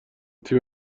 تیم